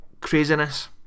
craziness